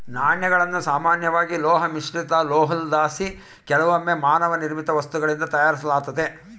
ನಾಣ್ಯಗಳನ್ನು ಸಾಮಾನ್ಯವಾಗಿ ಲೋಹ ಮಿಶ್ರಲೋಹುದ್ಲಾಸಿ ಕೆಲವೊಮ್ಮೆ ಮಾನವ ನಿರ್ಮಿತ ವಸ್ತುಗಳಿಂದ ತಯಾರಿಸಲಾತತೆ